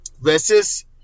verses